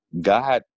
God